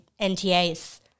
NTA's